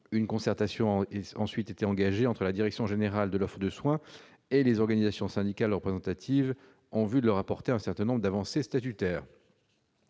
Une concertation a ensuite été engagée entre la direction générale de l'offre de soins et les organisations syndicales représentatives, en vue de leur apporter un certain nombre d'avancées statutaires.